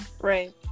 Right